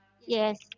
Yes